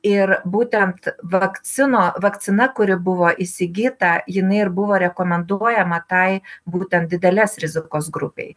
ir būtent vakcinų vakcina kuri buvo įsigyta jinai ir buvo rekomenduojama tai būtent didelės rizikos grupei